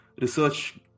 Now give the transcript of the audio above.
research